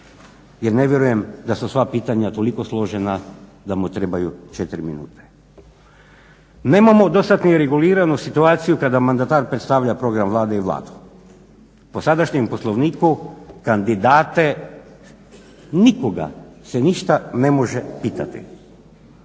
Jer ne vjerujem da su sva pitanja toliko složena da mu trebaju četiri minute. Nemamo do sad ni reguliranu situaciju kada mandatar predstavlja program Vlade i Vladu. Po sadašnjem Poslovniku kandidate, nikoga se ništa ne može pitati.